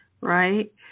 right